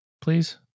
please